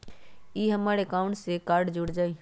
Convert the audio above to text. ई हमर अकाउंट से कार्ड जुर जाई?